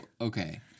okay